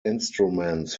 instruments